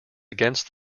against